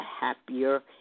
happier